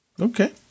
Okay